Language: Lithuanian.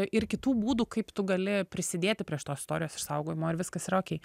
ir kitų būdų kaip tu gali prisidėti prie šitos istorijos išsaugojimo ir viskas yra okei